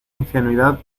ingenuidad